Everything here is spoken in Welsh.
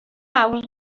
awr